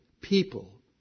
people